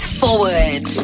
forward